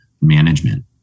management